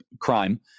crime